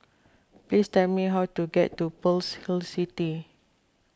please tell me how to get to Pearl's Hill City